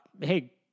hey